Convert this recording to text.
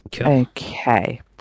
Okay